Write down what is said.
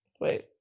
wait